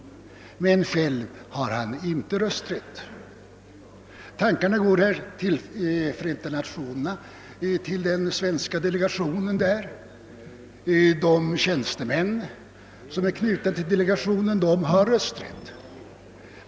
Men själv har han inte någon rösträtt. Tankarna går till den svenska delegationen inom Förenta Nationerna. De tjänstemän som är knutna till delegationen har rösträtt.